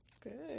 Good